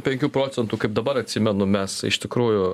penkių procentų kaip dabar atsimenu mes iš tikrųjų